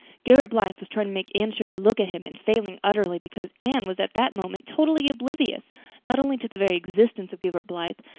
gilbert blythe was trying to make anne shirley look at him and failing utterly, because anne was at that moment totally oblivious not only to the very existence of gilbert blythe,